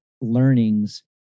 learnings